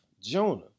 Jonah